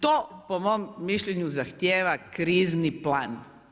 To po mom mišljenju zahtjeva krizni plan.